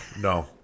No